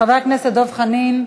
חבר הכנסת דב חנין.